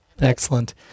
Excellent